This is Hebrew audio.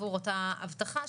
עבור אותה אבטחה,